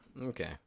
Okay